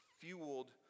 fueled